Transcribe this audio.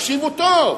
תקשיבו טוב,